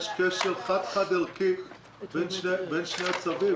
יש קשר חד-חד ערכי בין שני הצווים.